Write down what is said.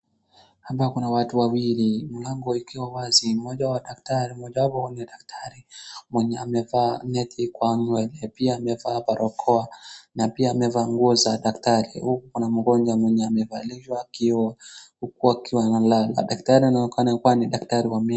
hapa kuna watu wawili mlango ikiwa wazi mmojawapo wa daktari mwenye amevaa neti kwa nywele pia amevaa barakoa na pia amevaa nguo za daktari na pia kuna mgonjwa amevalishwa kioo huku analala , daktari anaonekana kuwa ni daktari wa meno